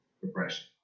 depression